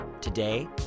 Today